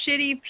shitty